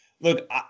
Look